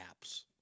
apps